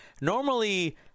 Normally